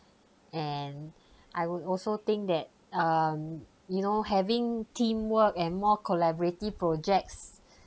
and I would also think that um you know having teamwork and more collaborative projects